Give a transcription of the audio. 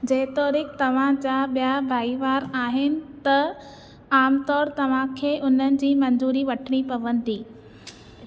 जेतोणिकि तव्हां जा ॿिया भाईवार आहिनि त आमतौरु तव्हांखे उन्हनि जी मंज़ूरी वठिणी पवंदी